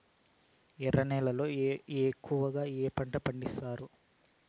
ఎర్ర నేలల్లో ఎక్కువగా ఏ పంటలు పండిస్తారు